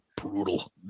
Brutal